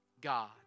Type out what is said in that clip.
God